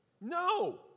No